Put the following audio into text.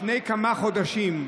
לפני כמה חודשים,